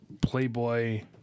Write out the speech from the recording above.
playboy